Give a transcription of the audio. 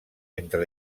entre